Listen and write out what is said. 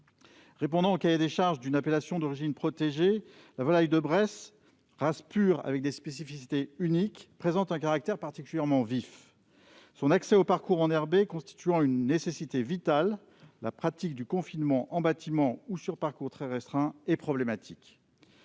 Répondant au cahier des charges d'une appellation d'origine protégée (AOP), la volaille de Bresse, race pure avec des spécificités uniques, présente un caractère particulièrement vif. Son accès à un parcours enherbé constituant une nécessité vitale, la pratique du confinement en bâtiment ou sur parcours très restreint est problématique.